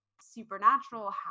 Supernatural